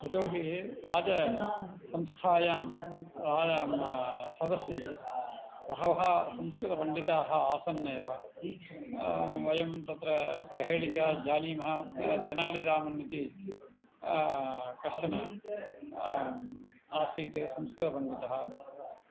यतो हि राजसंस्थायां रा सदसि बहवः संस्कृतपण्डिताः आसन्नेव वयं तत्र प्रहेलिकां जानीमः तेनालिरामन् इति कश्चन आसीत् संस्कृतपण्डितः